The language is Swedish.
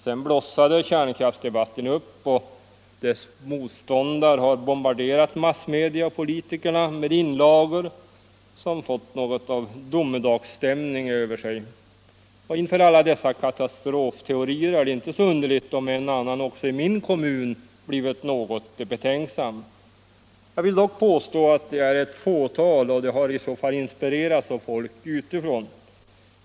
Sedan blossade kärnkraftsdebatten upp, och kärnkraftens motståndare har bombarderat massmedia och politiker med inlagor som fått något av domedagsstämning över sig. Inför alla dessa katastrofteorier är det inte så underligt om en och annan också i min kommun blivit något betänksam. Jag vill dock påstå att det är ett fåtal, och de har i så fall inspirerats av folk utifrån.